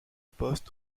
poste